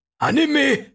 Anime